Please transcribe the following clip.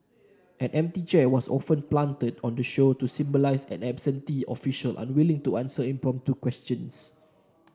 an empty chair was often planted on the show to symbolise an absentee official unwilling to answer impromptu questions